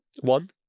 One